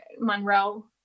Monroe